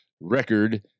record